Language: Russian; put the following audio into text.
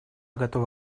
готова